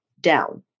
down